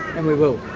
and we will.